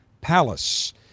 Palace